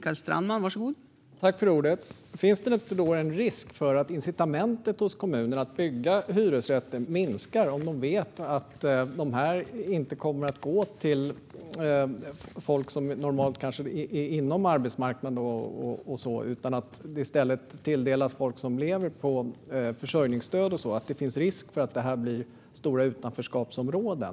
Fru talman! Finns det inte en risk då, statsrådet, för att kommunernas incitament att bygga hyresrätter minskar om det vet att de här bostäderna inte kommer att gå till folk som normalt finns på arbetsmarknaden utan att de i stället tilldelas folk som lever på försörjningsstöd och så? Finns det inte risk för att det här blir stora utanförskapsområden?